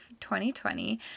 2020